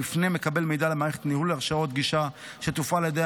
יפנה מקבל מידע למערכת ניהול הרשאות גישה שתופעל על ידי